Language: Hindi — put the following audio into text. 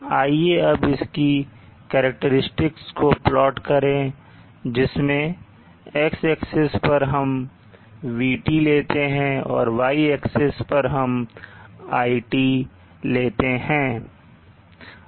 आइए अब इसकी करैक्टेरिस्टिक्स को प्लाट करें जिसमें X एक्सेस पर हम vT लेते हैं और Y एक्सेस पर हम iT लेते हैं